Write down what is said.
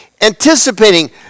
Anticipating